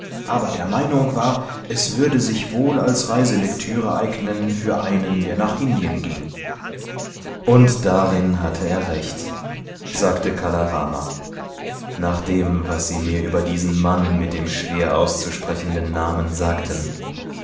aber der meinung war es würde sich wohl als reiselektüre eignen für einen der nach indien ging und darin hatte er recht sagte kala rama nach dem was sie mir über diesen mann mit dem schwer auszusprechenden namen sagten